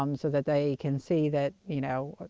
um so that they can see that, you know,